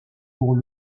pour